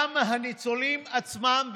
גם הניצולים עצמם,